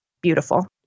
beautiful